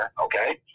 okay